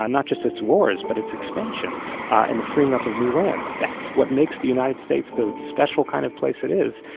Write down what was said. ah not just its wars but its expansion and the freeing up of new lands. that's what makes the united states the special kind of place it is.